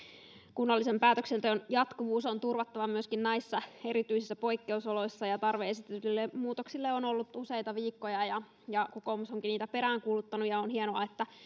kunnallisen päätöksenteon jatkuvuus on turvattava myöskin näissä erityisissä poikkeusoloissa tarve esitetyille muutoksille on ollut useita viikkoja ja ja kokoomus onkin niitä peräänkuuluttanut on hienoa että